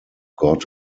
god